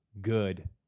good